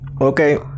Okay